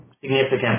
Significant